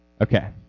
Okay